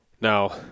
Now